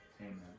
Amen